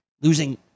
Losing